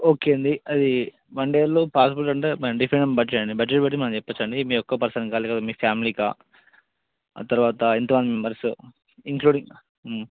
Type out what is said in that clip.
okay అండి అది one డేలో పాజిబుల్ ఉంటే బడ్జెట్ని బట్టి మేము చెప్పచ్చు అండి మీ యొక్క పర్సన్కా లేదా మీ ఫ్యామిలీకా ఆ తరువాత ఇంట్లో ఎంత మెంబర్స్ ఇంక్లూడింగ్